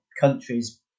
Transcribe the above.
countries